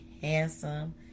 handsome